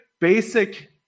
basic